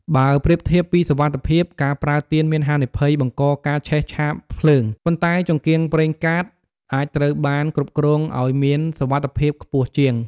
បើប្រៀបធៀបពីសុវត្ថិភាព ការប្រើទៀនមានហានិភ័យបង្កការឆេះឆាបភ្លើង ប៉ុន្តែចង្កៀងប្រេងកាតអាចត្រូវបានគ្រប់គ្រងឱ្យមានសុវត្ថិភាពខ្ពស់ជាង។